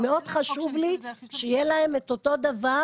מאוד חשוב לי שיהיה להם את אותו הדבר,